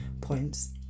points